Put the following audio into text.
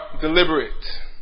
deliberate